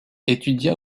étudia